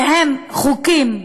חוקים אנטי-דמוקרטיים,